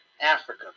Africa